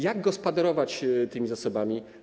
Jak gospodarować tymi zasobami?